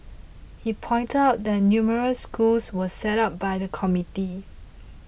he pointed out that numerous schools were set up by the community